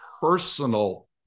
personal